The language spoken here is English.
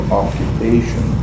occupation